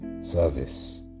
service